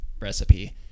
recipe